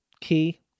key